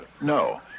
no